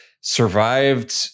survived